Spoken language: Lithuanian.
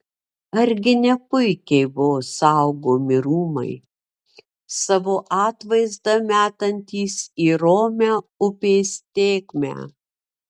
argi ne puikiai buvo saugomi rūmai savo atvaizdą metantys į romią upės tėkmę